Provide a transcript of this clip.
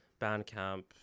Bandcamp